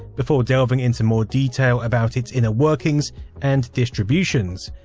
before delving into more detail about its inner workings and distributions.